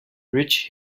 rich